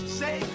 say